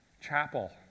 Chapel